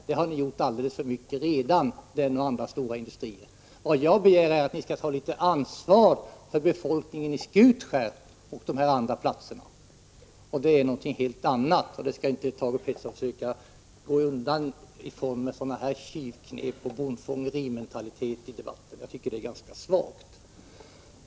Det har ni gjort alldeles för mycket redan, den och andra stora industrier. Vad jag begär är att regeringen skall ta litet ansvar för befolkningen i Skutskär och på dessa båda andra platser. Det är någonting helt annat. Det skall inte Thage Peterson försöka komma undan med sådana tjuvknep och en sådan bondfångarmentalitet i debatten! Det tycker jag är svagt.